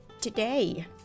today